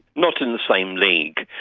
not in the same league.